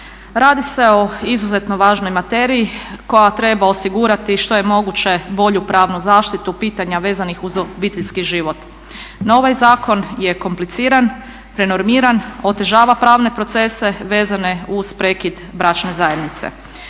Radi se o izuzetno važnoj materiji koja treba osigurati što je moguće bolju pravnu zaštitu pitanja vezanih uz obiteljski život. No ovaj zakon je kompliciran, prenormiran, otežava pravne procese vezane uz prekid bračne zajednice.